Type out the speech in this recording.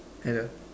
hello